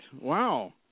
Wow